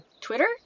Twitter